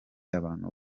abantu